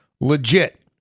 legit